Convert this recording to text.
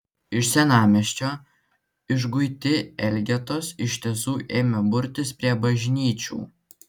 iš senamiesčio išguiti elgetos iš tiesų ėmė burtis prie bažnyčių